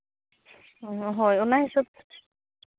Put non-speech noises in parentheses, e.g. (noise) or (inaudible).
ᱦᱳᱭ ᱚᱱᱟ ᱦᱤᱥᱟᱹᱵ (unintelligible)